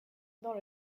dans